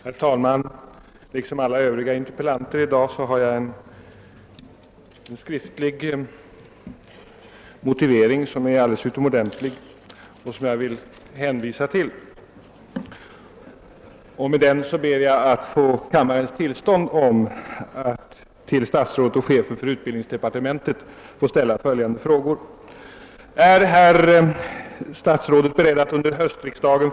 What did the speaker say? Herr talman! Har herr justitieministern uppmärksammat det djupt oroande i att våldsdåden mot inte minst gamla och handikappade människor ökat starkt under den senaste tiden? Av skräck för rån, misshandel och mord vågar gamla snart inte vistas utomhus och känner sig inte ens trygga i sina egna hem. I jämlikhetens intresse är det helt otillfredsställande att bristande möjligheter att själv försvara sig mot övergrepp skall vara avgörande orsak till människors otrygghet.